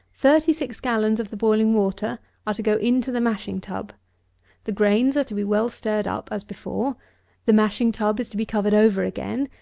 thirty-six gallons of the boiling water are to go into the mashing-tub the grains are to be well stirred up, as before the mashing-tub is to be covered over again,